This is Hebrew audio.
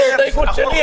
חבר'ה, זו ההסתייגות שלי.